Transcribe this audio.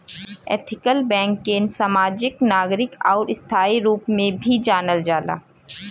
ethical bank के समाजिक, नागरिक आउर स्थायी रूप में भी जानल जाला